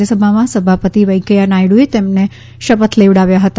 રાજ્યસભાના સભાપતિ વેંકૈયા નાયડુએ તેમણે શપથ લેવડાવ્યા હતા